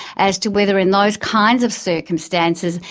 as to whether in those kinds of circumstances,